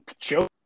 joke